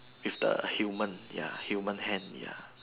with the human ya human hand ya